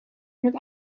met